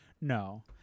No